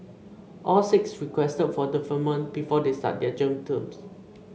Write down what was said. all six requested for deferment before they start their jail terms